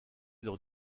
dans